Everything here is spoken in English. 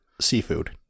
seafood